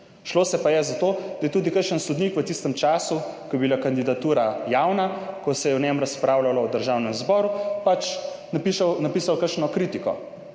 Šlo pa je za to, da je tudi kakšen sodnik v tistem času, ko je bila kandidatura javna, ko se je o njem razpravljalo v Državnem zboru, pač napisal kakšno kritiko.